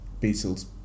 beetle's